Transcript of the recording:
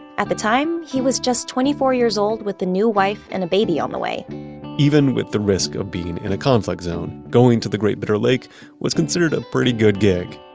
at the time, he was just twenty four years old with a new wife and a baby on the way even with the risk of being in a conflict zone, going to the great bitter lake was considered a pretty good gig.